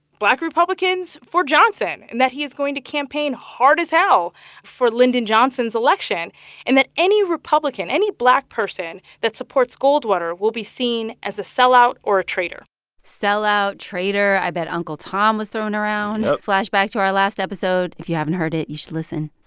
black republicans for johnson, and that he is going to campaign hard as hell for lyndon johnson's election and that any republican any black person that supports goldwater will be seen as a sellout or a traitor sellout, traitor. i bet uncle tom was thrown around. yup. flashback to our last episode. if you haven't heard it, you should listen.